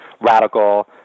radical